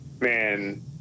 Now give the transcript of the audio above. man